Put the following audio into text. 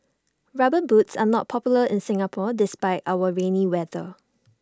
rubber boots are not popular in Singapore despite our rainy weather